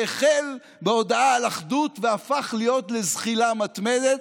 שהחל בהודעה על אחדות והפך להיות לזחילה מתמדת,